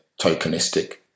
tokenistic